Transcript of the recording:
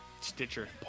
Stitcher